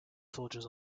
soldiers